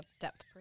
depth